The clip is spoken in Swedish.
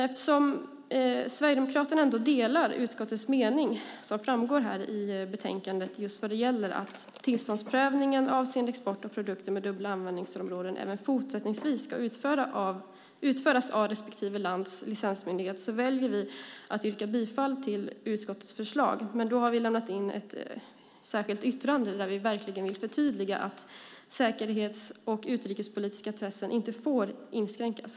Eftersom Sverigedemokraterna ändå delar utskottets mening, som framgår i utlåtandet vad gäller att tillståndsprövningen avseende export av produkter med dubbla användningsområden även fortsättningsvis ska utföras av respektive lands licensmyndighet, väljer vi att yrka bifall till utskottets förslag. Vi har lämnat in ett särskilt yttrande där vi verkligen vill förtydliga att säkerhets och utrikespolitiska intressen inte får inskränkas.